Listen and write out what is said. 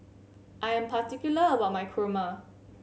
I am particular about my Kurma